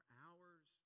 hours